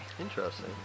Interesting